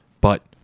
But